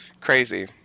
crazy